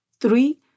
Three